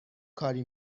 کاری